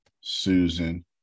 Susan